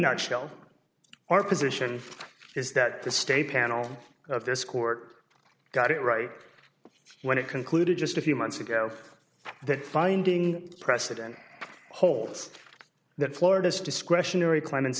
nutshell our position is that the state panel of this court got it right when it concluded just a few months ago that finding precedent holds that florida's discretionary clemen